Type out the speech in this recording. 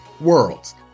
worlds